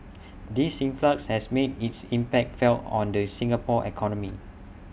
this influx has made its impact felt on the Singapore economy